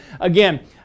again